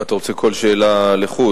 אתה רוצה כל שאלה לחוד?